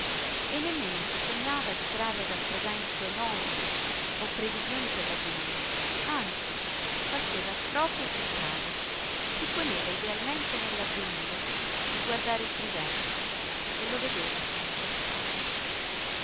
e nemmeno si sognava di trarre dal presente norme o previsioni per l'avvenire anzi faceva proprio il contrario si poneva idealmente nell'avvenire per guardare il presente e lo vedeva come passato